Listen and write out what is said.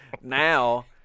now